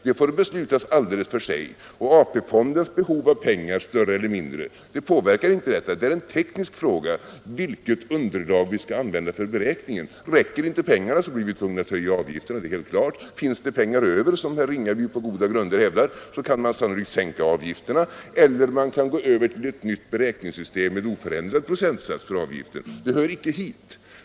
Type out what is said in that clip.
Det får beslutas alldeles för sig, och AP-fondens större eller mindre behov av pengar påverkar inte detta. Vilket underlag vi skall använda för beräkningen är en teknisk fråga. Räcker inte pengarna så blir vi tvungrfa att höja avgifterna — det är helt klart. Finns det pengar över, som herr Ringaby på goda grunder hävdar, så kan man sannolikt sänka avgifterna-— eller gå över till ett nytt beräkningssystem med oförändrad procentsats för avgiften. Det hör icke hit.